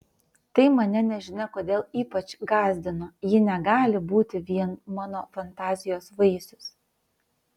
tai mane nežinia kodėl ypač gąsdino ji negali būti vien mano fantazijos vaisius